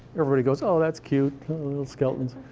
everybody goes, oh, that's cute little skeletons.